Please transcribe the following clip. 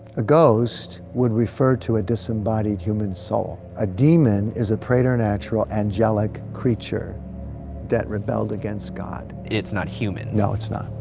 a ghost would refer to a disembodied human soul. a demon is a preternatural angelic creature that rebelled against god. it's not human. no it's not,